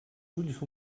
ulls